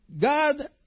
God